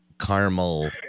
caramel